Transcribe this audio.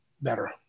better